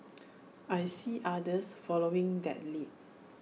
I see others following that lead